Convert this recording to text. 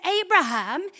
Abraham